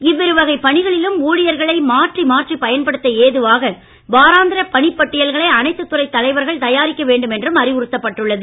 இவ்விரு வகை பணிகளிலும் ஊழியர்களை மாற்றி மாற்றி பயன்படுத்த ஏதுவாக வாராந்திர பணிப்பட்டியல்களை அனைத்து துறை தலைவர்கள் தயாரிக்க வேண்டும் என்றும் அறிவுறுத்தப்பட்டுள்ளது